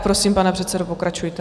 Prosím, pane předsedo, pokračujte.